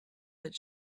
that